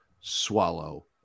swallow